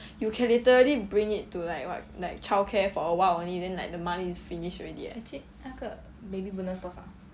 you can literally bring it to like what like childcare for awhile only then like the money is finish already eh